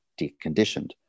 deconditioned